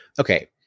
okay